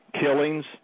killings